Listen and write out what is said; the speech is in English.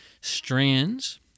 strands